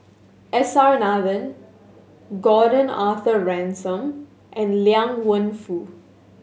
S R Nathan Gordon Arthur Ransome and Liang Wenfu